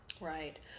right